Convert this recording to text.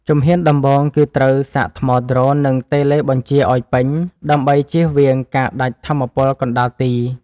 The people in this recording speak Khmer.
ជំហានដំបូងគឺត្រូវសាកថ្មដ្រូន និងតេឡេបញ្ជាឱ្យពេញ ដើម្បីជៀសវាងការដាច់ថាមពលកណ្ដាលទី។